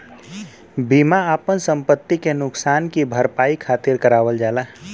बीमा आपन संपति के नुकसान की भरपाई खातिर करावल जाला